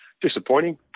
disappointing